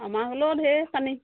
আমাফালেও ঢেৰ পানী